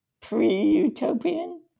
pre-utopian